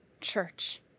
church